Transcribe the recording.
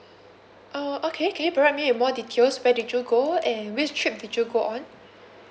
oh okay can you provide me with more details where did you go and which trip did you go on